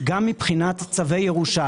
גם מבחינת צווי ירושה,